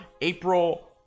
April